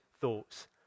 thoughts